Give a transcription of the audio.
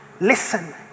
listen